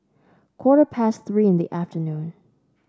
quarter past Three in the afternoon